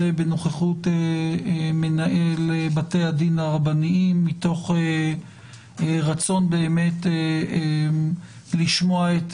בנוכחות מנהל בתי הדין הרבניים מתוך רצון באמת לשמוע את